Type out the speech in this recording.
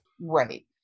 Right